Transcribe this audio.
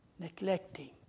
Neglecting